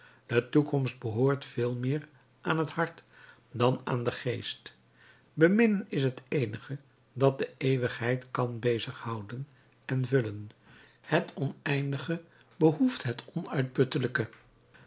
de toekomst behoort veel meer aan het hart dan aan den geest beminnen is het eenige dat de eeuwigheid kan bezig houden en vullen het oneindige behoeft het onuitputtelijke